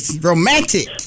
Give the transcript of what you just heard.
romantic